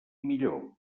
millor